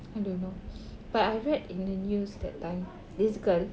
I don't know but I read in the news that time this girl